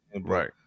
right